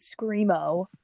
screamo